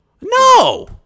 No